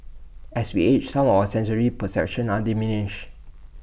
as we age some of our sensory perceptions are diminished